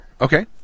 Okay